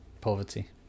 poverty